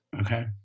Okay